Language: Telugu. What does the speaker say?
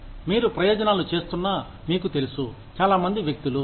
మీరు ప్రయోజనాలు చేస్తున్నా మీకు తెలుసు చాలా మంది వ్యక్తులు